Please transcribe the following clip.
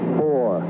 four